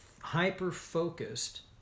hyper-focused